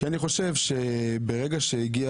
חושב שברגע שהגיע